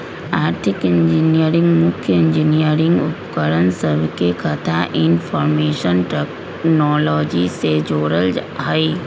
आर्थिक इंजीनियरिंग मुख्य इंजीनियरिंग उपकरण सभके कथा इनफार्मेशन टेक्नोलॉजी से जोड़ल हइ